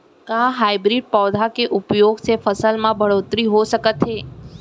का हाइब्रिड पौधा के उपयोग से फसल म बढ़होत्तरी हो सकत हे?